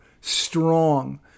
Strong